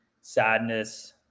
sadness